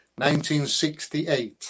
1968